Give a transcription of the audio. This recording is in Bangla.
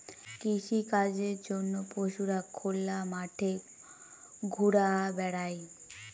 কৃষিকাজের জন্য পশুরা খোলা মাঠে ঘুরা বেড়ায়